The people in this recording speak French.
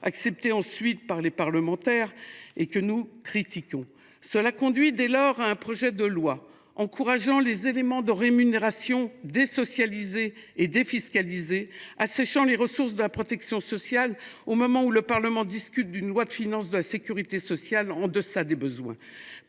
accepté par la suite par les parlementaires, mais que nous critiquions. Ce cadre a conduit à un projet de loi encourageant les éléments de rémunération désocialisés et défiscalisés, asséchant les ressources de la protection sociale au moment où le Parlement discute d’un projet de loi de financement de la sécurité sociale en deçà des besoins.